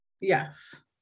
Yes